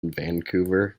vancouver